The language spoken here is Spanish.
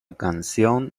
canción